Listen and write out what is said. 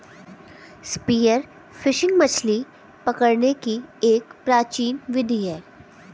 spear fishing मछली पकड़ने की एक प्राचीन विधि है